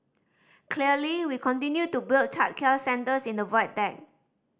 clearly we continue to build childcare centres in the Void Deck